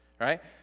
Right